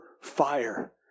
fire